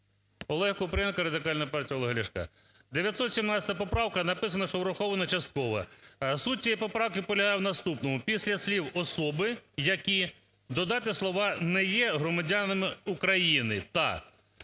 Олег Купрієнко, Радикальна партія Олега Ляшка. 917 поправка написано, що врахована частково. Суть цієї поправки полягає в наступному: після слів "особи, які…" додати слова "не є громадянами України та… " Дивимося текст,